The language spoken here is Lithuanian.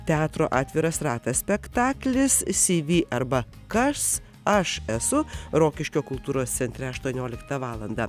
teatro atviras ratas spektaklis sivi arba kas aš esu rokiškio kultūros centre aštuonioliktą valandą